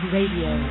Radio